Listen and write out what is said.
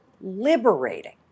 liberating